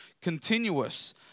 continuous